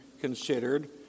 considered